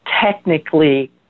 technically